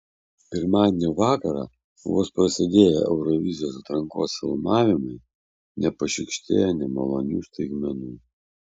pirmadienio vakarą vos prasidėję eurovizijos atrankos filmavimai nepašykštėjo nemalonių staigmenų